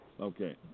Okay